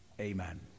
Amen